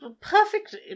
perfect